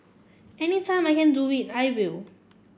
any time I can do it I will